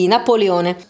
Napoleone